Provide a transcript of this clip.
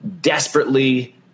desperately